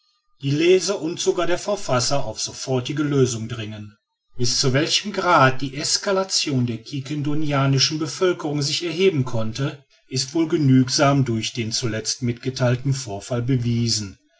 die leser und sogar der verfasser auf sofortige lösung dringen bis zu welchem grade die exaltation der quiquendonianischen bevölkerung sich erheben konnte ist wohl genugsam durch den zuletzt mitgetheilten vorfall bewiesen